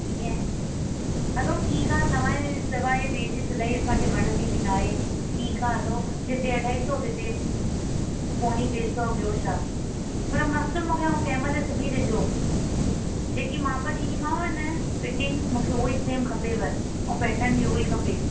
इय हलो ठीकु आहे तव्हांजे सवाइ ॿिएं जी सिलाई असांखे वणंदी बि न आहे ठीकु आहे हलो जिते अढाई सौ उते पोणी टे सौ ॿियों छा पर मस्तु मूंखे टाइम ते सुभी ॾिजो जेकी माप ॾिनीमांव न फ़िटींग मूंखे उहो ई सेम खपेव ऐं पेटन बि उहो ई खपे